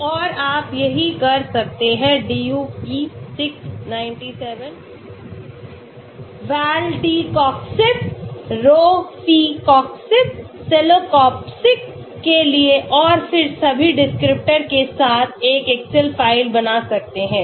और आप यही कर सकते हैं DuP 697 Valdecoxib Rofecoxib Celecoxib के लिए और फिर सभी डिस्क्रिप्टर के साथ एक एक्सेल फाइल बना सकते हैं